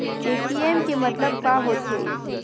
ATM के मतलब का होथे?